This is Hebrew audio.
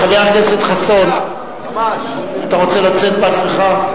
חבר הכנסת חסון, אתה רוצה לצאת בעצמך?